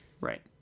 Right